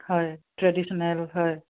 হয় ট্ৰেডিশ্যনেল হয়